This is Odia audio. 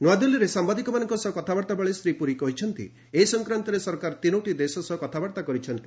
ନୂଆଦିଲ୍ଲୀରେ ସାମ୍ଭାଦିକମାନଙ୍କ ସହ କଥାବାର୍ତ୍ତା ବେଳେ ଶ୍ରୀ ପୁରୀ କହିଛନ୍ତି ଏ ସଂକ୍ରାନ୍ତରେ ସରକାର ତିନୋଟି ଦେଶ ସହ କଥାବାର୍ତ୍ତା କରିଛନ୍ତି